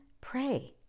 pray